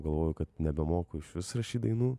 galvoju kad nebemoku išvis rašyt dainų